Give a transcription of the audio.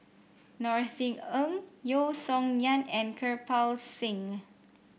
Norothy Ng Yeo Song Nian and Kirpal Singh